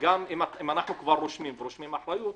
אם אנחנו כבר רושמים, ורושמים אחריות,